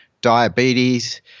diabetes